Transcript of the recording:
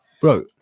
Bro